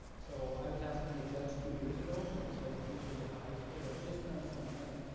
so i was asked to be a judge two years ago. we had several teachers at the high school that have just done some kind of,